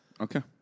Okay